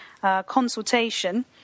consultation